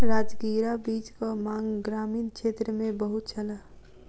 राजगिरा बीजक मांग ग्रामीण क्षेत्र मे बहुत छल